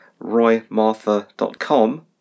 RoyMartha.com